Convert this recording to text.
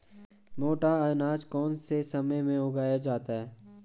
मोटा अनाज कौन से समय में उगाया जाता है?